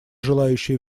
желающие